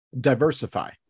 diversify